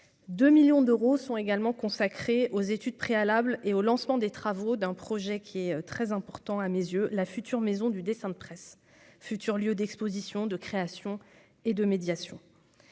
de millions d'euros sont également consacrées aux études préalables et au lancement des travaux d'un projet qui est très important à mes yeux la future Maison du dessin de presse futur lieu d'Exposition de création et de médiation,